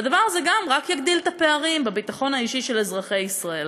והדבר הזה גם רק יגדיל את הפערים בביטחון האישי של אזרחי ישראל.